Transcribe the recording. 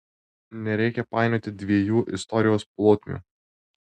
nereikia painioti dviejų istorijos plotmių